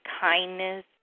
kindness